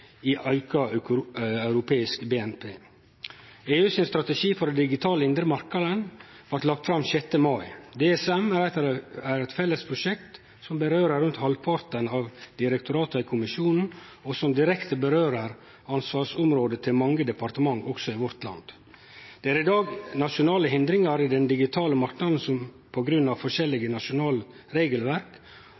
i auka europeisk BNP. EUs strategi for den digitale indre marknaden blei lagd fram 6. mai. DSM er eit felles prosjekt som gjeld rundt halvparten av direktorata i kommisjonen, og som direkte gjeld ansvarsområda til mange departement også i vårt land. Det er i dag nasjonale hindringar i den digitale marknaden på grunn av forskjellige nasjonale regelverk